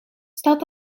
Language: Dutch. staat